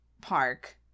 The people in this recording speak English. Park